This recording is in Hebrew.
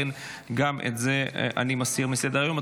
לכן גם את זה אני מסיר מסדר-היום.